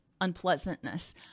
Unpleasantness